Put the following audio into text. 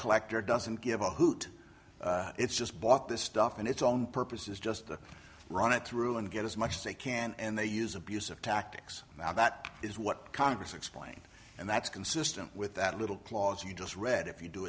collector doesn't give a hoot it's just bought this stuff and its own purposes just run it through and get as much as they can and they use abusive tactics now that is what congress explained and that's consistent with that little clause you just read if you do